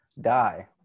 die